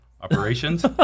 operations